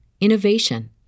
innovation